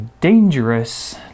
dangerous